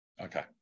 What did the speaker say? Okay